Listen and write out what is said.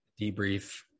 debrief